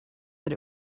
that